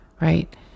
right